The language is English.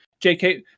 JK